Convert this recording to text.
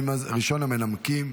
ראשון המנמקים,